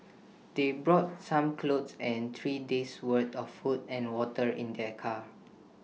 they brought some clothes and three days'worth of food and water in their car